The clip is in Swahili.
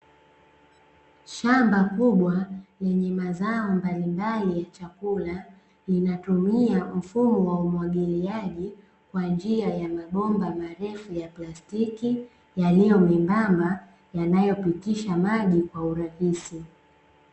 Shamba kubwa lenye mazao mbalimbali ya chakula, linatumia mfumo wa umwagiliaji kwa njia ya mabomba marefu ya plastiki, yaliyo membamba yanayopitisha maji kwa urahisi.